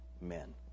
men